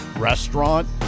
Restaurant